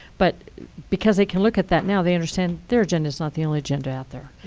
but because they can look at that now, they understand their agenda is not the only agenda out there.